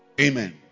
Amen